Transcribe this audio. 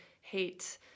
hate